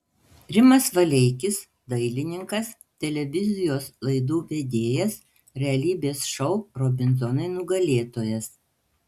rimas valeikis dailininkas televizijos laidų vedėjas realybės šou robinzonai nugalėtojas